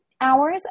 hours